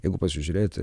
jeigu pasižiūrėti